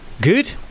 Good